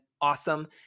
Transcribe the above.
awesome